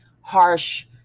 harsh